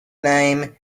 name